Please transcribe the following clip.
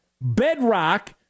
bedrock